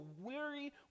weary